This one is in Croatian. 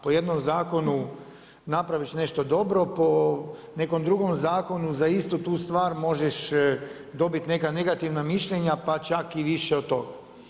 Po jednom zakonu napraviš nešto dobro, po nekom drugom zakonu za istu tu stvar možeš dobit neka negativna mišljenja pa čak i više od toga.